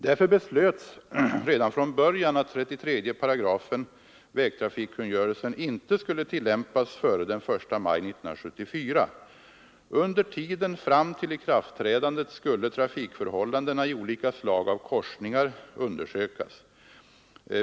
Därför beslöts redan från början att 33 § vägtrafikkungörelsen inte skulle tillämpas före den 1 maj 1974. Under tiden fram till ikraftträdandet skulle trafikförhållandena i olika slag av korsningar undersökas.